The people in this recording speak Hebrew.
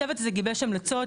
הצוות הזה גיבש המלצות,